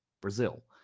Brazil